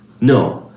no